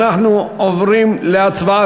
אנחנו עוברים להצבעה,